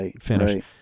finish